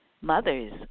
mothers